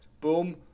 boom